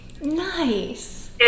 Nice